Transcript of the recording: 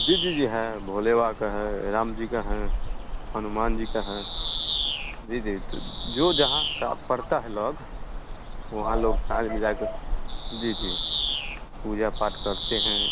जी जी जी है भोले बा का है राम जी का है हनुमान जी का है जी जी तो जो जहाँ का पड़ता है लग वहाँ लोग साँझ मिला के जी जी पूजा पाठ करते हैं